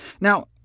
Now